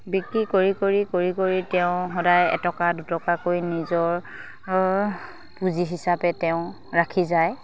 বিক্ৰী কৰি কৰি কৰি কৰি তেওঁ সদায় এটকা দুটকাকৈ নিজৰ পুঁজি হিচাপে তেওঁ ৰাখি যায়